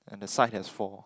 and the side has four